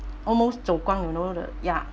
almost you know the ya